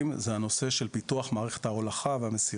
הוא הנושא של פיתוח מערכת ההולכה והמסירה.